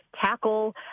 tackle